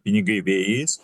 pinigai vėjais